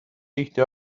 tihti